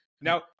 now